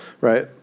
right